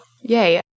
yay